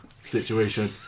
situation